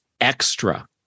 extra